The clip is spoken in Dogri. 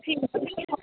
ठीक ऐ